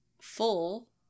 full